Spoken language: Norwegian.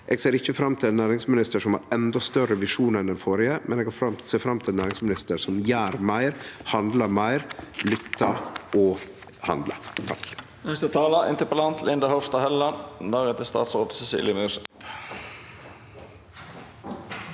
Eg ser ikkje fram til ein næringsminister som har endå større visjonar enn den førre, men eg ser fram til ein næringsminister som gjer meir, handlar meir, lyttar og handlar. Linda